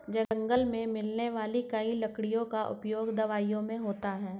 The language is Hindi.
जंगल मे मिलने वाली कई लकड़ियों का उपयोग दवाई मे होता है